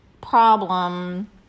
problem